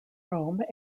rome